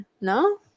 No